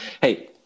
hey